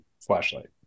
flashlight